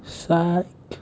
sike